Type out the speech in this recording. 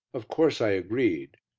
of course i agreed,